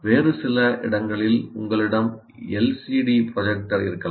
வேறு சில இடங்களில் உங்களிடம் எல்சிடி ப்ரொஜெக்டர் இருக்கலாம்